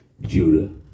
Judah